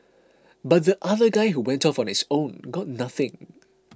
but the other guy who went off on his own got nothing